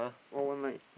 all one line